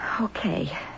Okay